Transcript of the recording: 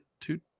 two